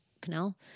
canal